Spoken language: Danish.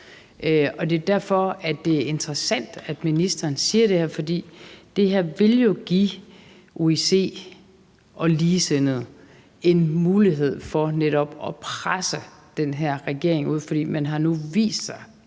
det er derfor, det er interessant, at ministeren siger det her, for det her vil jo give OIC og ligesindede en mulighed for netop at presse den her regering, fordi den nu har vist sig